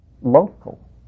local